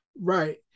right